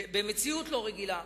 במציאות לא רגילה.